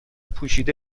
پوشیده